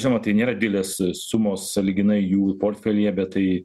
žinoma tai nėra didelės su sumos sąlyginai jų portfelyje bet tai